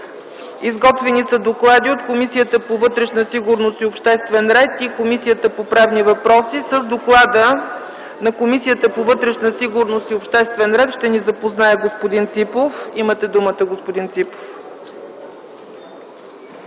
Изготвени са доклади от Комисията по вътрешна сигурност и обществен ред и Комисията по правни въпроси. С доклада на Комисията по вътрешна сигурност и обществен ред ще ни запознае господин Ципов. ДОКЛАДЧИК КРАСИМИР ЦИПОВ: